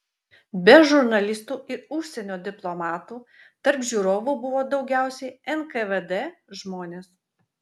be žurnalistų ir užsienio diplomatų tarp žiūrovų buvo daugiausiai nkvd žmonės